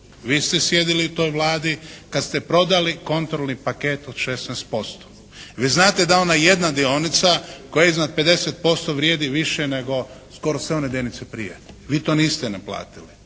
Vi ste sjedili u toj Vladi kad ste prodali kontrolni paket od 16%. Vi znate da ona jedna dionica koja iznad 50% vrijedi više nego skoro sve one dionice prije. Vi to niste naplatili.